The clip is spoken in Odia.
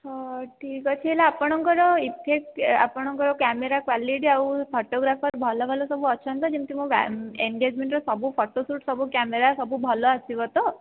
ହଁ ଠିକ୍ ଅଛି ହେଲେ ଆପଣଙ୍କର ଈଫେକ୍ଟ ଆପଣଙ୍କର କ୍ୟାମେରା କ୍ଵାଲିଟି ଆଉ ଫଟୋଗ୍ରାଫର ଭଲ ଭଲ ସବୁ ଅଛନ୍ତି ତ ଯେମିତି କି ମୋର ଏନଗେଜମେଣ୍ଟର ସବୁ ଫଟୋ ସୁଟ ସବୁ କ୍ୟାମେରା ସବୁ ଭଲ ଆସିବ ତ